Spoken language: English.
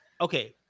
okay